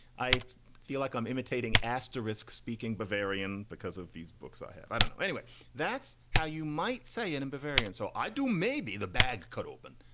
i feel like i'm imitating asterisk speaking bavarian because of these books i have i don't know anyway that's how you might say it. and bavarian. so i do. maybe the bag could open.